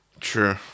True